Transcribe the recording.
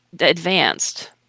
advanced